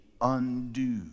undo